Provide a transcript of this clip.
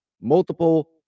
multiple